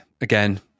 again